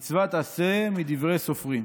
מצוות עשה מדברי סופרים.